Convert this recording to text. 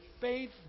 faith